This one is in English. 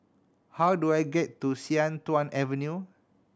how do I get to Sian Tuan Avenue